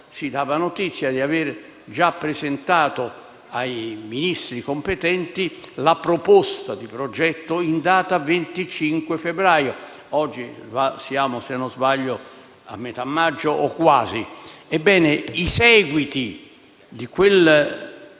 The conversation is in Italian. si dava notizia di aver già presentato ai Ministri competenti la proposta di progetto in data 25 febbraio. Oggi siamo a metà maggio o quasi e i seguiti di quella